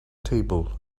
table